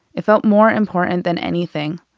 it felt more important than anything.